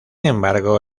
embargo